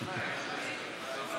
אז זה טבעי שאתה תענה, בעצם.